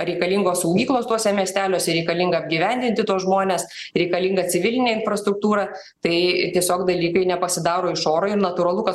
reikalingos saugyklos tuose miesteliuose reikalinga apgyvendinti tuos žmones reikalinga civilinė infrastruktūra tai tiesiog dalykai nepasidaro iš oro ir natūralu kad